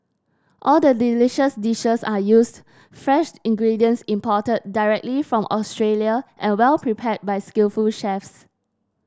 all the delicious dishes are used fresh ingredients imported directly from Australia and well prepared by skillful chefs